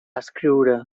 escriure